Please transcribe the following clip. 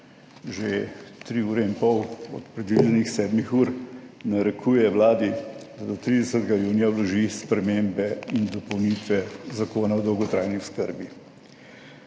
ure in pol od predvidenih sedmih ur narekuje Vladi, da do 30. junija vloži spremembe in dopolnitve Zakona o dolgotrajni oskrbi